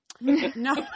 No